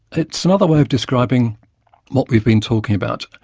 it's another way of describing what we've been talking about.